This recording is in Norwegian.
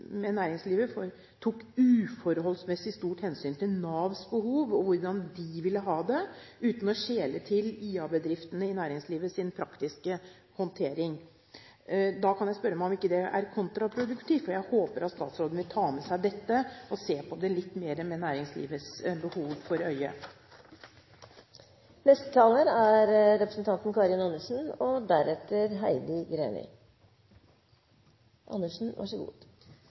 med næringslivet på, tok uforholdsmessig stort hensyn til Navs behov og hvordan de ville ha det, uten å skjele til den praktiske håndteringen til IA-bedriftene i næringslivet. Da kan jeg spørre om ikke det er kontraproduktivt, for jeg håper at statsråden vil ta med seg dette og se på det litt mer med næringslivets behov for øye. Dette er en veldig viktig debatt, for Nav er på en måte grunnsteinen i velferden, og